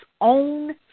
own